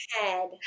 head